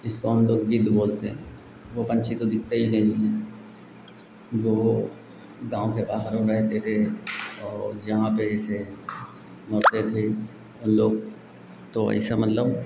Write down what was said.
जिसको हम लोग गिद्ध बोलते हैं वह पन्छी तो दिखता ही नहीं है जो गाँव के बाहर वह रहते थे और यहाँ पर जैसे मरते थे और लोग तो ऐसा मतलब